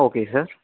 okay sir